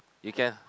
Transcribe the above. you can